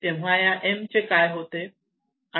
तेव्हा या m चे काय होते